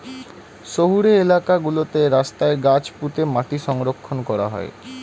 শহুরে এলাকা গুলোতে রাস্তায় গাছ পুঁতে মাটি সংরক্ষণ করা হয়